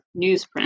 newsprint